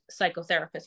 psychotherapist